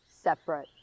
separate